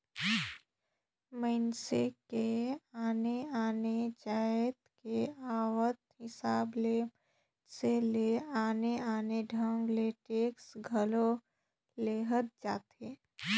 मइनसे के आने आने जाएत के आवक हिसाब ले मइनसे ले आने आने ढंग ले टेक्स घलो लेहल जाथे